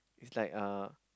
is like uh